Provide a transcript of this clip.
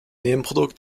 nebenprodukt